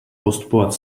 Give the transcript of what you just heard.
postupovat